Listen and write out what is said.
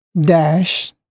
dash